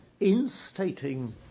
instating